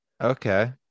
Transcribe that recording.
Okay